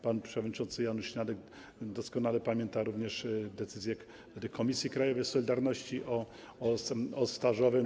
Pan przewodniczący Janusz Śniadek doskonale pamięta również decyzje komisji krajowej „Solidarność” dotyczące stażu.